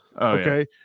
Okay